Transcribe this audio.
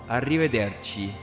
Arrivederci